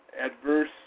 adverse